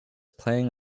playing